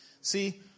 See